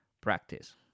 practice